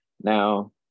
Now